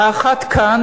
האחת כאן,